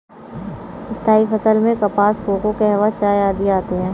स्थायी फसल में कपास, कोको, कहवा, चाय आदि आते हैं